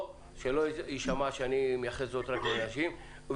שלא יישמע שאני מייחס זאת רק לנשים,